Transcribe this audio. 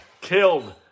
killed